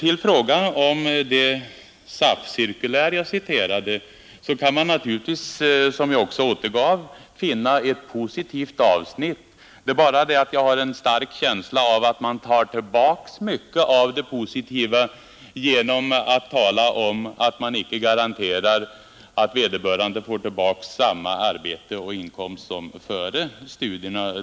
I det SAF-cirkulär som jag citerade kan man naturligtvis, som jag återgav, finna ett positivt avsnitt. Det är bara det att jag har en stark känsla av att man tar tillbaka mycket av det positiva genom att tala om att man icke garanterar att vederbörande får tillbaka samma arbete och inkomst som före studierna.